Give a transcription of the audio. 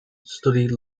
studied